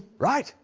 right,